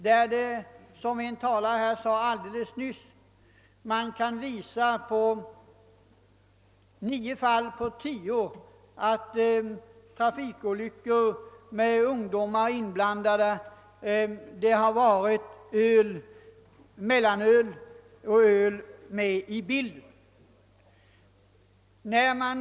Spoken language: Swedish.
Vid de trafikolyckor där ungdomar är inblandade har i 9 fall av 10 — som en talare nyss nämnde — mellanöl eller något annat slag av öl varit med i bilden.